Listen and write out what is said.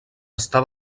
està